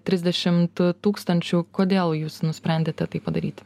trisdešimt tūkstančių kodėl jūs nusprendėte tai padaryti